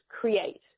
create